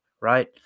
right